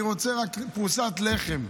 אני רוצה רק פרוסת לחם,